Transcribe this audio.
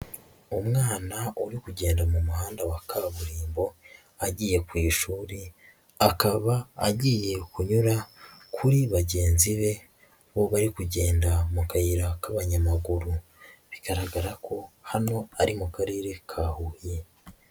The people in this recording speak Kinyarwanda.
Umwana uri kugenda mu muhanda wa kaburimbo agiye ku ishuri, akaba agiye kunyura kuri bagenzi be, bo bari kugenda mu kayira k'abanyamaguru, bigaragara ko hano ari mu karere ka Huye.